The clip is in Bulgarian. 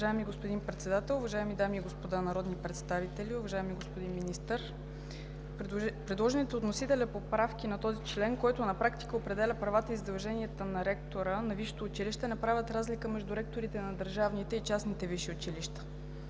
Уважаеми господин Председател, уважаеми дами и господа народни представители! Уважаеми господин Министър! Предложените от вносителя поправки на този член, който на практика определя правата и задълженията на ректора на висшето училище, не правят разлика между ректорите на държавните и частните висши училища.